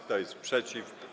Kto jest przeciw?